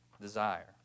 desire